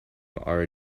are